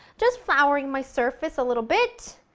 just flouring my surface a little bit,